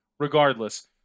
Regardless